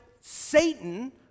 Satan